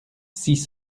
six